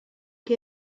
que